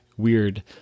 weird